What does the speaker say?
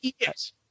Yes